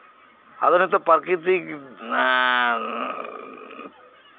ᱟᱫᱚ ᱱᱤᱛᱚᱜ ᱯᱨᱟᱠᱤᱨᱛᱤᱠ